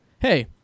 hey